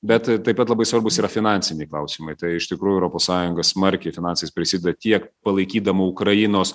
bet i taip pat labai svarbūs yra finansiniai klausimai tai iš tikrųjų europos sąjunga smarkiai finansais prisideda tiek palaikydama ukrainos